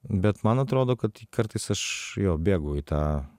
bet man atrodo kad kartais aš jo bėgu į tą